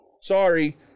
Sorry